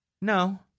No